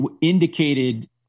indicated